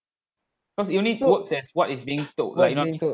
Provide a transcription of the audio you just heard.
cause it only works as what its being told like you know I mean